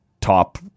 top